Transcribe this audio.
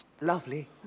Lovely